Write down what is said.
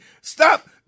Stop